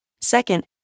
Second